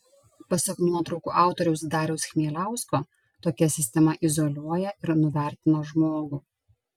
pasak nuotraukų autoriaus dariaus chmieliausko tokia sistema izoliuoja ir nuvertina žmogų